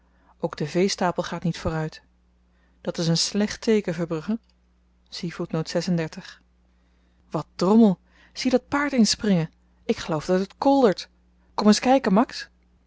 ook de veestapel gaat niet vooruit dat is een slecht teeken verbrugge wat drommel zie dat paard eens springen ik geloof dat het koldert kom eens kyken max